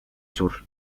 sur